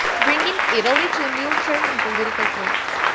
bringing italy to a military and political collapse.